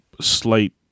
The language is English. slight